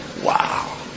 Wow